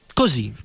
così